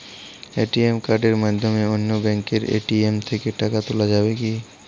ATM কার্ডের মাধ্যমে অন্য ব্যাঙ্কের এ.টি.এম থেকে টাকা তোলা যাবে কি?